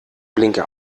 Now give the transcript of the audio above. blinker